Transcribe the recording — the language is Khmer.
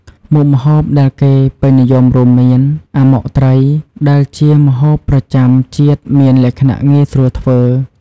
មុខម្ហូបដែលគេពេញនិយមរួមមាន អាម៉ុកត្រី ដែលជាម្ហូបប្រចាំជាតិមានលក្ខណៈងាយស្រួលធ្វើ។